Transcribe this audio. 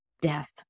death